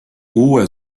uue